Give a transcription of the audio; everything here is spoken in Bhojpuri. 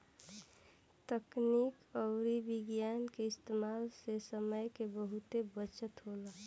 तकनीक अउरी विज्ञान के इस्तेमाल से समय के बहुत बचत होला